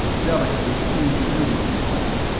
delicately tuned the beam control.